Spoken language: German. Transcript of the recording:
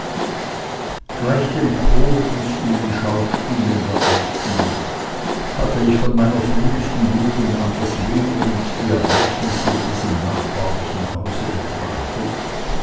gleich dem chorus in den schauspielen der alten hatte ich von meiner frühsten jugend an das leben und die ereignisse in diesem nachbarlichen hause betrachtet